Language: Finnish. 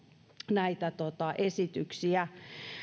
näitä esityksiä